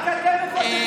רק אתם מפוצצים אוטובוסים.